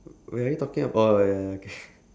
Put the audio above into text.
wait are you talking about a